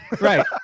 right